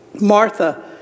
Martha